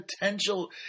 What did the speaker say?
potential